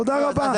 תודה רבה.